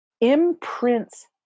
imprints